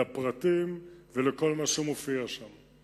לפרטים ולכל מה שמופיע שם.